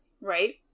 right